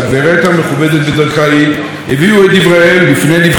הביאו את דבריהם בפני נבחרי העם ובפני העם כולו.